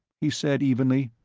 he said, evenly,